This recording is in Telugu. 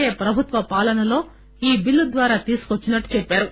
ఏ ప్రభుత్వ పాలనలో ఈ బిల్లు ద్వారా తీసుకువచ్చినట్లు చెప్పారు